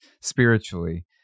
spiritually